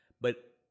but-